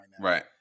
Right